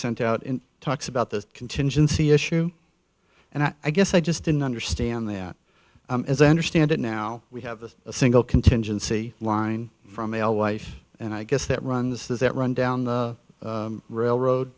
sent out in talks about this contingency issue and i guess i just didn't understand that as i understand it now we have this a single contingency line from alewife and i guess that runs that run down the railroad